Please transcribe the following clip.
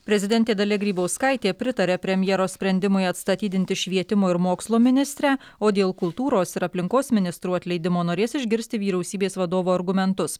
prezidentė dalia grybauskaitė pritaria premjero sprendimui atstatydinti švietimo ir mokslo ministrę o dėl kultūros ir aplinkos ministrų atleidimo norės išgirsti vyriausybės vadovo argumentus